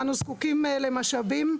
אנו זקוקים למשאבים.